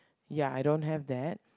ya I don't have that